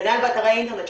כנ"ל באתרי אינטרנט.